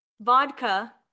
Vodka